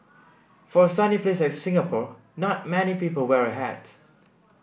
for a sunny place like Singapore not many people wear a hat